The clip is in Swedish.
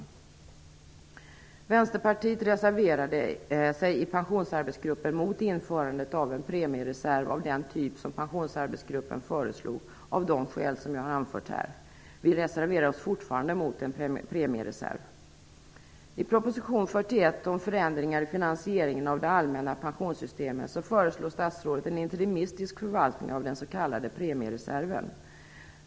Av de skäl som jag här har anfört reserverade sig Vänsterpartiet i Pensionsarbetsgruppen mot införandet av en premiereserv av den typ som Pensionsarbetsgruppen föreslog. Vi reserverar oss fortfarande mot en premiereserv. premiereserven.